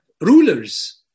rulers